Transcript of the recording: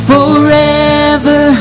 Forever